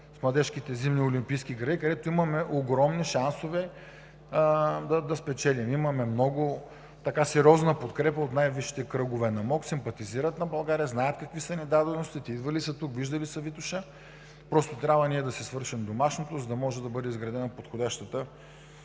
с младежките зимни олимпийски игри, където шансовете да спечелим са огромни. Имаме сериозна подкрепа от най-висшите кръгове на МОК, които симпатизират на България – знаят какви са ни даденостите, идвали са тук, виждали са Витоша, просто ние трябва да си свършим домашното, за да може да бъде изградена подходящата